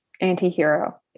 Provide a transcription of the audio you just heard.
anti-hero